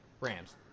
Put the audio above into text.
Rams